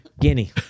Guinea